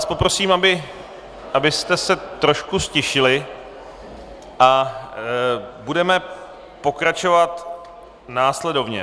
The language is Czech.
Poprosím vás, abyste se trošku ztišili, a budeme pokračovat následovně.